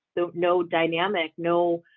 so no dynamic no,